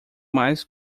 mais